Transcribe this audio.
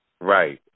Right